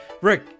Rick